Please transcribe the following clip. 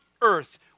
earth